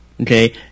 okay